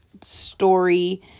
story